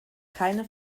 keine